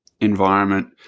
environment